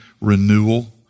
renewal